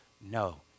No